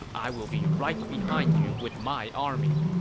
i will be right behind you with my army.